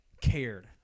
cared